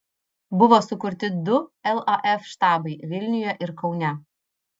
buvo sukurti du laf štabai vilniuje ir kaune